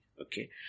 Okay